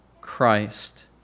Christ